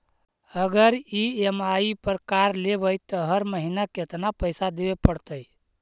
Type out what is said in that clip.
अगर ई.एम.आई पर कार लेबै त हर महिना केतना पैसा देबे पड़तै?